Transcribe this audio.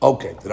Okay